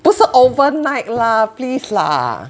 不是 overnight lah please lah